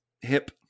hip